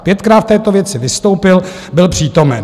Pětkrát v této věci vystoupil, byl přítomen.